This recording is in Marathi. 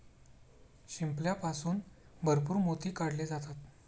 शिंपल्यापासून भरपूर मोती काढले जातात